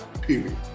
period